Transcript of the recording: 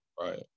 right